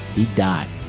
he'd die.